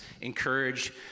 encourage